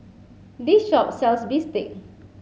this shop sells Bistake